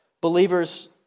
Believers